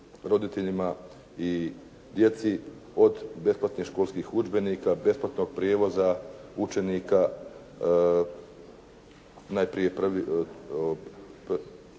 i djeci od besplatnih školskih udžbenika, besplatnog prijevoza učenika, najprije dva